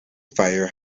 fire